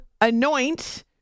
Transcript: anoint